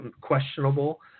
questionable